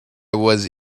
was